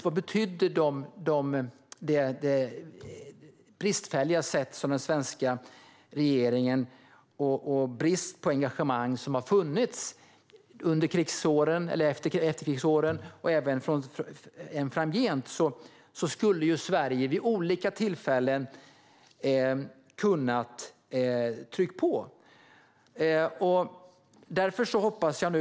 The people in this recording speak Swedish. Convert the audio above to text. Vad betydde den svenska regeringens bristfälliga engagemang under efterkrigsåren och även senare? Sverige skulle ju vid olika tillfällen ha kunnat trycka på.